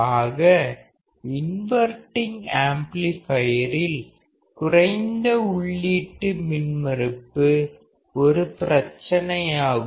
ஆக இன்வர்டிங் ஆம்ப்ளிபையரில் குறைந்த உள்ளீட்டு மின்மறுப்பு ஒரு பிரச்சினையாகும்